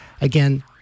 Again